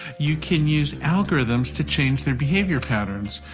you can use algorithms to change their behaviour patterns.